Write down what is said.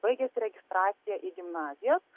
baigiasi registracija į gimnazijas